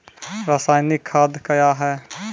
रसायनिक खाद कया हैं?